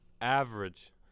Average